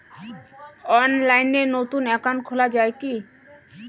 অনলাইনে নতুন একাউন্ট খোলা য়ায় কি?